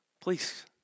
Please